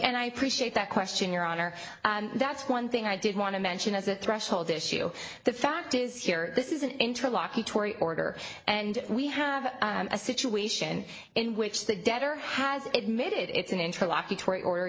and i appreciate that question your honor that's one thing i did want to mention as a threshold issue the fact is here this is an interlocking torrie order and we have a situation in which the debtor has admitted it's an